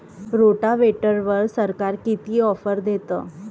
रोटावेटरवर सरकार किती ऑफर देतं?